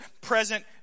present